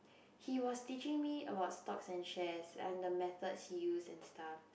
he was teaching me about stocks and shares and the method he used and stuff